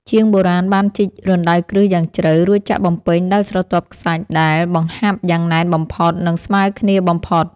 ជាងបុរាណបានជីករណ្តៅគ្រឹះយ៉ាងជ្រៅ រួចចាក់បំពេញដោយស្រទាប់ខ្សាច់ដែលបង្ហាប់យ៉ាងណែនបំផុត និង ស្មើគ្នាបំផុត។